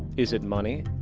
is it money?